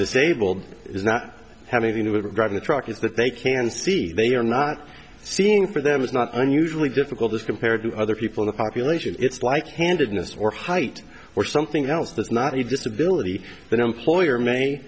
disabled is not having to drive a truck is that they can see they are not seeing for them is not unusually difficult as compared to other people the population it's like handedness or height or something else that's not a disability the employer may